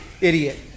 idiot